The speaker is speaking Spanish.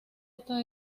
estos